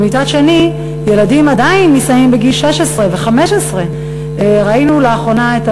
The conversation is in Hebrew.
ומצד שני ילדים עדיין נישאים בגיל 15 ובגיל 16. ראינו לאחרונה את